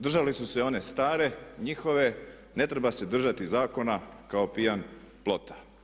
Držali su se one stare njihove ne treba se držati zakona kao pijan plota.